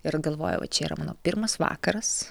ir galvojau va čia yra mano pirmas vakaras